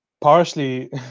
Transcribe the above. partially